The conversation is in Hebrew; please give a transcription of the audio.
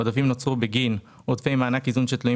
העודפים נוצרו בגין עודפי מענק איזון שתלויים